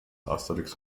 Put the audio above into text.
asterix